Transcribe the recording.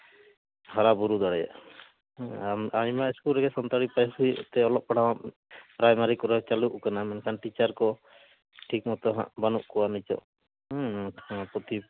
ᱦᱟᱨᱟᱵᱩᱨᱩ ᱫᱟᱲᱮᱭᱟᱜᱼᱟ ᱦᱩᱸ ᱟᱭᱢᱟ ᱤᱥᱠᱩᱞ ᱨᱮᱜᱮ ᱥᱟᱱᱛᱟᱲᱤ ᱯᱟᱹᱨᱥᱤ ᱛᱮ ᱚᱞᱚᱜ ᱯᱟᱲᱦᱟᱜ ᱯᱨᱟᱭᱢᱟᱨᱤ ᱠᱚᱨᱮ ᱪᱟᱹᱞᱩᱜ ᱠᱟᱱᱟ ᱢᱮᱱᱠᱷᱟᱱ ᱴᱤᱪᱟᱨ ᱠᱚ ᱴᱷᱤᱠ ᱢᱚᱛᱚ ᱦᱟᱸᱜ ᱵᱟᱹᱱᱩᱜ ᱠᱚᱣᱟ ᱱᱤᱛᱳᱜ ᱦᱩᱸ ᱚᱱᱟ ᱯᱩᱛᱷᱤ